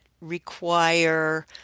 require